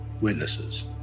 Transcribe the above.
witnesses